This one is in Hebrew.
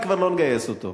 גפני, כבר לא נגייס אותו.